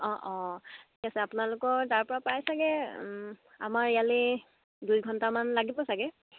অঁ অঁ ঠিক আছে আপোনালোকৰ তাৰপৰা প্ৰায় চাগে আমাৰ ইয়ালৈ দুই ঘণ্টামান লাগিব চাগে